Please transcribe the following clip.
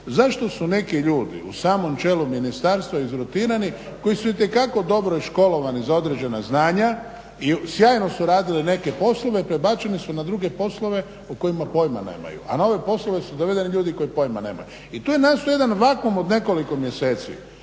Zašto su neki ljudi u samom čelu ministarstva izrotirani koji su itekako dobro školovani za određena znanja i sjajno su radili neke poslove, prebačeni su na druge poslove o kojima pojma nemaju, a na ove poslove su dovedeni ljudi koja pojma nemaju. I tu je nastao jedan vakuum od nekoliko mjeseci